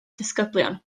disgyblion